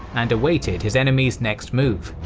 and awaited his enemy's next move.